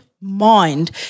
mind